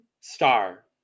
Star